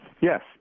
Yes